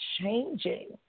changing